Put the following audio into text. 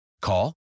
Call